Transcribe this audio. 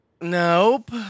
Nope